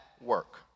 work